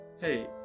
Hey